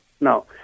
No